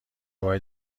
وای